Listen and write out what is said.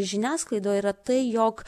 žiniasklaidoj yra tai jog